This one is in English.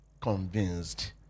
convinced